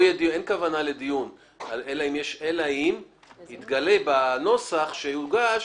אין כוונה לקיים דיון אלא אם יתגלה בנוסח שיוגש